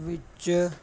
ਵਿੱਚ